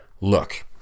Look